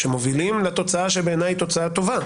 שמובילים לתוצאה שבעיניי היא תוצאה טובה,